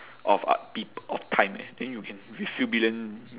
of what peop~ of time eh then you can few billion